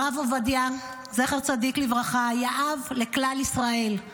הרב עובדיה, זכר צדיק לברכה, היה אב לכלל ישראל.